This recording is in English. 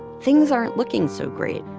things aren't looking so great,